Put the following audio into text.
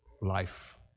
life